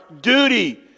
duty